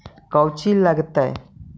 कौची लगतय?